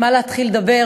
במה להתחיל לדבר,